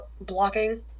blocking